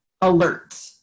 alert